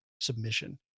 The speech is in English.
submission